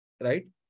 right